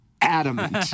adamant